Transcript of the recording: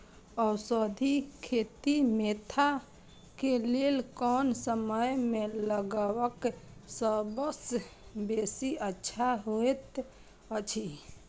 औषधि खेती मेंथा के लेल कोन समय में लगवाक सबसँ बेसी अच्छा होयत अछि?